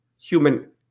human